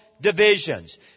divisions